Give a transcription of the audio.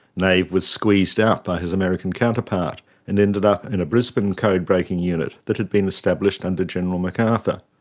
nave was squeezed out by his american counterpart and ended up in a brisbane code-breaking unit that had been established under general macarthur.